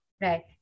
Right